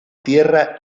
tierra